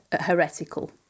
heretical